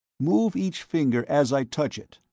move each finger as i touch it.